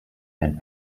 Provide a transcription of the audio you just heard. and